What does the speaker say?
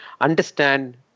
understand